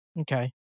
Okay